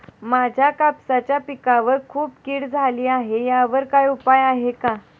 माझ्या कापसाच्या पिकावर खूप कीड झाली आहे यावर काय उपाय आहे का?